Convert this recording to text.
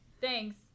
Thanks